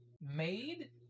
made